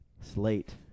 slate